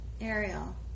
Ariel